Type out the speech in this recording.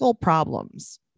problems